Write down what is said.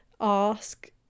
ask